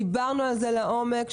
דיברנו על זה לעומק,